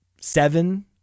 seven